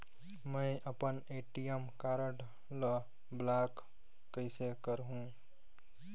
मै अपन ATM card ल ब्लाक कइसे करहूं?